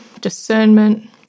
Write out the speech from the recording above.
discernment